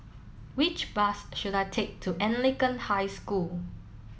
which bus should I take to Anglican High School